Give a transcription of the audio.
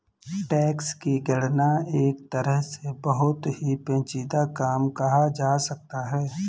tax की गणना एक तरह से बहुत ही पेचीदा काम कहा जा सकता है